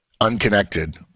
unconnected